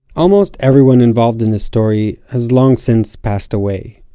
almost everyone involved in this story has long since passed away.